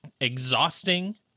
exhausting